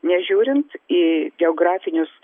nežiūrint į geografinius